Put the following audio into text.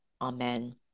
Amen